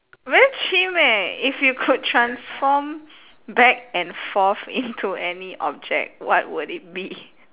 very chim eh if you could transform back and forth into any object what would it be